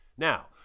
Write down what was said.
Now